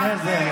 לפני זה,